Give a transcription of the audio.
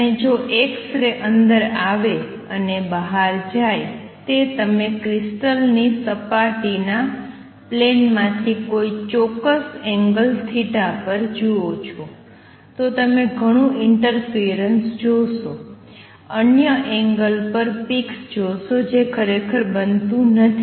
અને જો X ray અંદર આવે અને બહાર જાય તે તમે ક્રિસ્ટલની સપાટીના પ્લેન માથી કોઈ ચોક્કસ એંગલ θ પર જુઓ છો તો તમે ઘણું ઈંટરફિયરન્સ જોશો અન્ય એંગલ પર પિક્સ જોશો જે ખરેખર કંઈ બનતું નથી